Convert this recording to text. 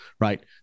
right